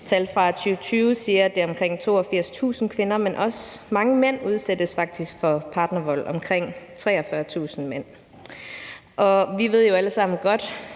Tal fra 2020 siger, at det er omkring 82.000 kvinder. Men også mange mænd udsættes faktisk for partnervold. Det er omkring 43.000 mænd, og vi ved jo alle sammen godt